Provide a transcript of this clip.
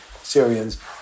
Syrians